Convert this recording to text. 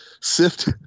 sift